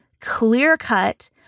clear-cut